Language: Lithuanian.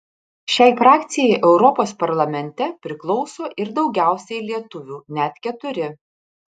šiai frakcijai europos parlamente priklauso ir daugiausiai lietuvių net keturi